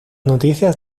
noticias